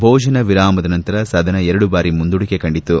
ಭೋಜನ ವಿರಾಮದ ನಂತರ ಸದನ ಎರಡು ಬಾರಿ ಮುಂದೂಡಿಕೆ ಕಂಡಿತು